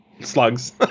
slugs